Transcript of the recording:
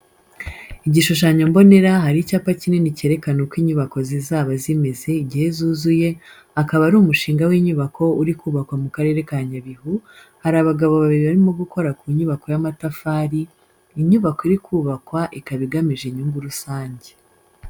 Igishushanyo mbonera hari icyapa kinini cyerekana uko inyubako zizaba zimeze igihe zuzuye akaba ari umushinga w’inyubako uri kubakwa mu karere ka Nyabihu har'abagabo babiri barimo gukora ku nyubako y’amatafari, Inyubako iri kubakwa ikaba igamije inyungu rusange.